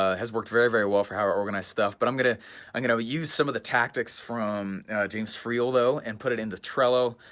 ah has worked very very well for how i organize stuff, but i'm gonna i'm gonna use some of the tactics from james friel though and put it in the trello,